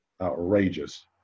outrageous